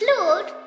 Lord